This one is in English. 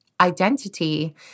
identity